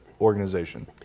organization